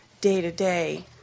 day-to-day